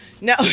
no